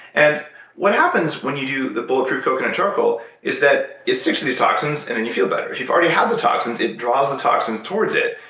and what happens when you do the bulletproof coconut charcoal is that, it sticks to these toxins and then you feel better. if you've already had the toxins, it draws the toxins towards it.